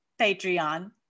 Patreon